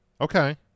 Okay